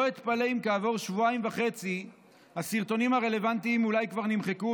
לא אתפלא אם כעבור שבועיים וחצי הסרטונים הרלוונטיים אולי כבר נמחקו,